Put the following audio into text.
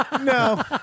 no